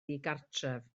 ddigartref